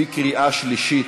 בקריאה שלישית.